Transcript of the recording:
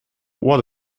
what